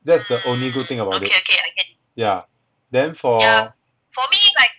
that's the only good thing about it yeah then for